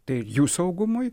tai jų saugumui